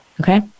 Okay